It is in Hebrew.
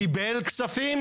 קיבל כספים?